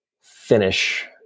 finish